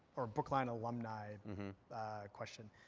or brookline alumni question.